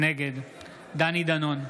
נגד דני דנון,